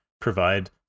provide